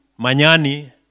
Manyani